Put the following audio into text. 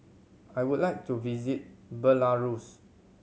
I would like to visit Belarus